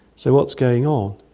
so what's going on?